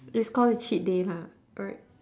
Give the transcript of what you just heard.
it's call a cheat day lah